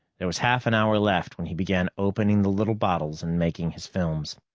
there was half an hour left when he began opening the little bottles and making his films.